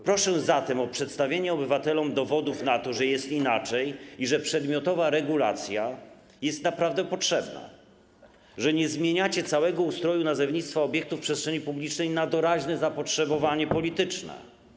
Proszę zatem o przedstawienie obywatelom dowodów na to, że jest inaczej i że przedmiotowa regulacja jest naprawdę potrzebna, że nie zmieniacie całego ustroju nazewnictwa obiektów w przestrzeni publicznej na doraźne zapotrzebowanie polityczne.